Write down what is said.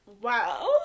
Wow